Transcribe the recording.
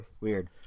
Weird